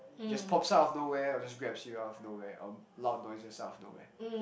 just pops out of nowhere or just grabs you out of nowhere or loud noises out of nowhere